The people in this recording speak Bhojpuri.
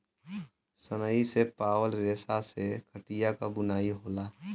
सनई से पावल रेसा से खटिया क बुनाई होला